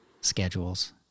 schedules